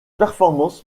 performance